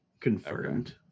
confirmed